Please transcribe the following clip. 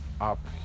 up